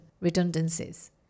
redundancies